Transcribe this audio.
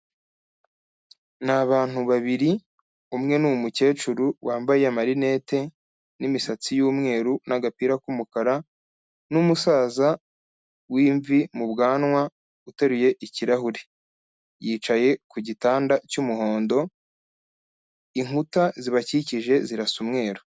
Ni abantu babiri. Umwe n'umukecuru wambaye amarinete n'imisatsi y'umweru n'agapira k'umukara, n'umusaza w'imvi mu bwanwa uteruye ikirahuri. Yicaye ku gitanda cy'umuhondo, inkuta zibakikije zirasa umweru.